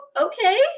okay